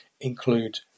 include